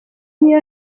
niyo